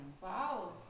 Wow